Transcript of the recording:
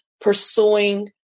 pursuing